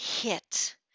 hit